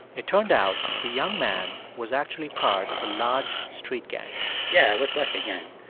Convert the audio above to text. it turned out the young man was actually part of a large street gang yeah, it was like a gang.